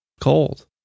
Cold